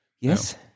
yes